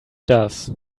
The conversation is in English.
does